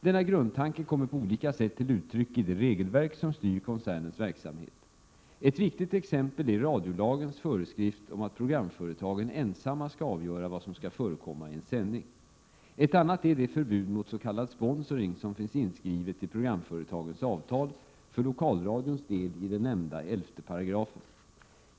Denna grundtanke kommer på olika sätt till uttryck i det regelverk som styr koncernens verksamhet. Ett viktigt exempel är radiolagens föreskrift om att programföretagen ensamma skall avgöra vad som skall förekomma i en sändning. Ett annat är det förbud mot s.k. sponsring som finns inskrivet i programföretagens avtal, för lokalradions del i den nämnda 11 §.